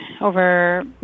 over